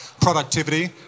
productivity